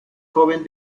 joven